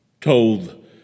told